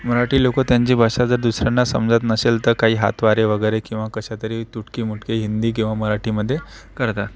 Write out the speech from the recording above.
मराठी लोकं त्यांची भाषा जर दुसऱ्यांना समजत नसेल तर काही हातवारे वगैरे किंवा कशातरी तुटकी मुटकी हिंदी किंवा मराठीमध्ये करतात